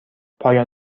پایان